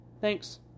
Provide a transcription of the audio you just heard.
Thanks